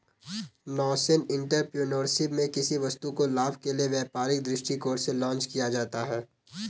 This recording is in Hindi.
नासेंट एंटरप्रेन्योरशिप में किसी वस्तु को लाभ के लिए व्यापारिक दृष्टिकोण से लॉन्च किया जाता है